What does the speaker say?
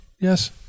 Yes